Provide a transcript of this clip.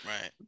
right